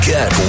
Get